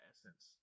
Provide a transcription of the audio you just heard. essence